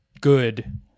good